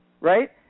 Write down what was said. Right